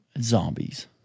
zombies